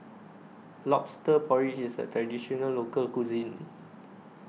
Lobster Porridge IS A Traditional Local Cuisine